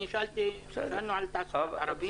שאלנו על תעסוקת ערבים, נשים ערביות.